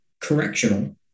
correctional